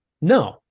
no